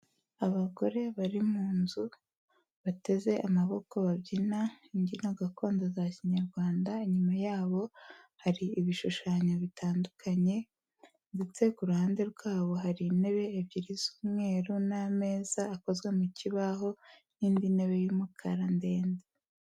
Abagore bari mu nzu bateze amaboko, babyina imbyino gakondo za Kinyarwanda, inyuma yabo hari ibishushanyo bitandukanye ndetse ku ruhande rwabo hari intebe ebyiri z'umweru n'ameza akozwe mu kibaho n'indi ntebe y'umukara ndende.